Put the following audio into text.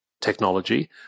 technology